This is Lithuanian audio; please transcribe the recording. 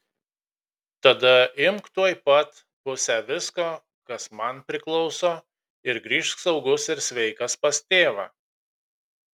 tada imk tuoj pat pusę visko kas man priklauso ir grįžk saugus ir sveikas pas tėvą